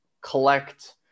collect